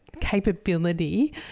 capability